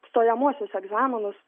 stojamuosius egzaminus